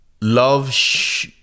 love